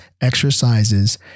exercises